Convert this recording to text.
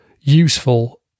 useful